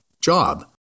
job